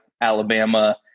Alabama